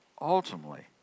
ultimately